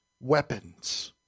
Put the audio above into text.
Weapons